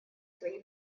свои